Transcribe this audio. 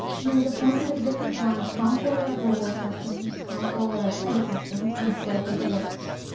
he was appointed at different times comptroller of the wool customs, comptroller of petty customs, and clerk of the works.